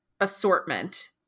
assortment